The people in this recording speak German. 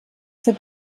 zur